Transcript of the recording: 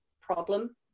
problem